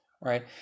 right